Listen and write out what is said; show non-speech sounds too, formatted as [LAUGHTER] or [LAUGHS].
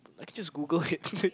I can just Google it [LAUGHS]